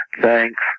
Thanks